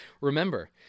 Remember